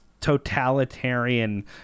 totalitarian